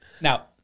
Now